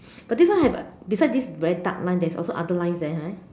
but this one have beside this very dark line there's also other lines there right